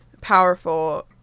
powerful